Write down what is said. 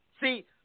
see